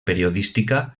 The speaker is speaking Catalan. periodística